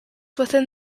within